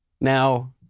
Now